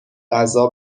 غذا